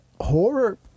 horror